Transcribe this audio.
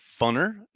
funner